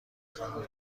خواهم